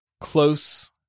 close